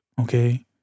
Okay